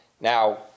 Now